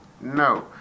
no